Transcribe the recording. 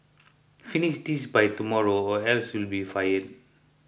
finish this by tomorrow or else you'll be fired